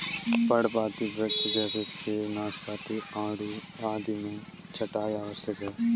पर्णपाती वृक्ष जैसे सेब, नाशपाती, आड़ू आदि में छंटाई आवश्यक है